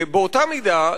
באותה מידה,